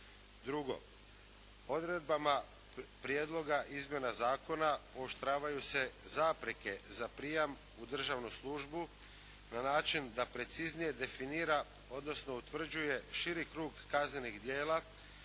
Drugo, odredbama prijedloga izmjena zakona pooštravaju se zapreke za prijam u državnu službu na način da preciznije definira odnosno utvrđuje širi krug kaznenih djela